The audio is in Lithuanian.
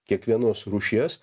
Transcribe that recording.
kiekvienos rūšies